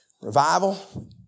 Revival